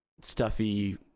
stuffy